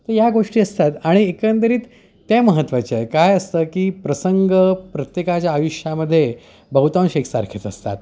तर या गोष्टी असतात आणि एकंदरीत त्या महत्त्वाच्या आहे काय असतं की प्रसंग प्रत्येकाच्या आयुष्यामध्ये बहुतांश एकसारखेच असतात